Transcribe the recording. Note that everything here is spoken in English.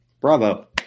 Bravo